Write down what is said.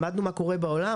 למדנו מה קורה בעולם,